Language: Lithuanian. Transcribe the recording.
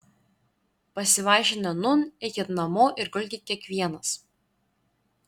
pasivaišinę nūn eikit namo ir gulkit kiekvienas